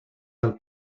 del